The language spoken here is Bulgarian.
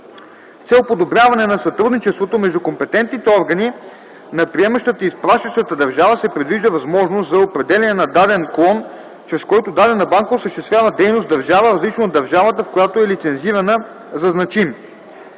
цел подобряване на сътрудничеството между компетентните органи на приемащата и изпращащата държава се предвижда възможност за определяне на даден клон, чрез който дадена банка осъществява дейност в държава, различна от държавата, в която е лицензирана, за значим.